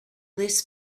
this